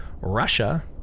Russia